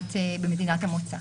במדינת המוצא.